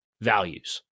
values